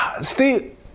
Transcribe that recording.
Steve